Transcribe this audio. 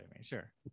Sure